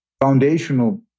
foundational